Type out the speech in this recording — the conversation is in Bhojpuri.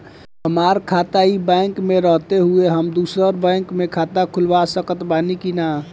हमार खाता ई बैंक मे रहते हुये हम दोसर बैंक मे खाता खुलवा सकत बानी की ना?